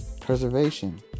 preservation